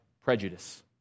prejudice